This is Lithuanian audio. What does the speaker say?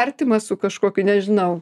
artimas su kažkokiu nežinau